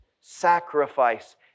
sacrifice